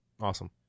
awesome